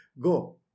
go